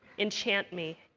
enchant me.